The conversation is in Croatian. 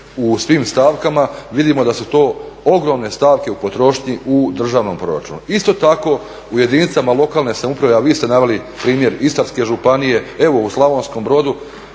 u svim stavkama vidimo da su to ogromne stavke u potrošnji u državnom proračunu. Isto tako u jedinice lokalne samouprave, a vi ste naveli primjer Istarske županije, evo u Slavonskom Brodu